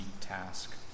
task